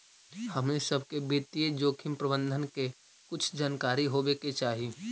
हमनी सब के वित्तीय जोखिम प्रबंधन के कुछ जानकारी होवे के चाहि